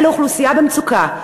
זו אוכלוסייה במצוקה,